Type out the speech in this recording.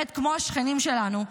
כמו השכנים שלנו,